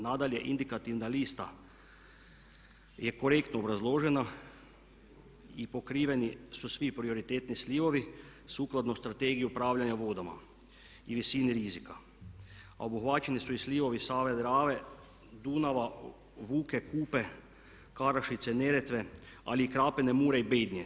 Nadalje, indikativna lista je korektno obrazložena i pokriveni su svi prioritetni slivovi sukladno strategiji upravljanja vodama i visini rizika, a obuhvaćeni su i slivovi Save, Drave, Dunava, Vuke, Kupe, Karašice, Neretve ali i Krapine, Mure i Bednje.